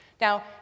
Now